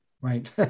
right